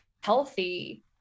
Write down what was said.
healthy